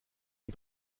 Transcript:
die